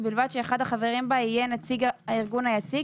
ובלבד שאחד החברים בה יהיה נציג הארגון היציג,